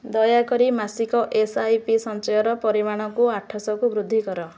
ଦୟାକରି ମାସିକ S I P ସଞ୍ଚୟର ପରିମାଣକୁ ଆଠଶ କୁ ବୃଦ୍ଧି କର